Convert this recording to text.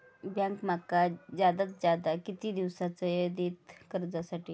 Bank माका जादात जादा किती दिवसाचो येळ देयीत कर्जासाठी?